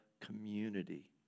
community